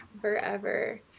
Forever